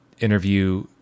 interview